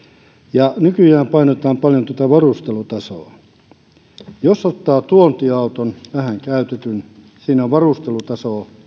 ja nykyään painotetaan paljon tuota varustelutasoa ja ottaa tuontiauton vähän käytetyn siinä on varustelutaso